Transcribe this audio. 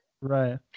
Right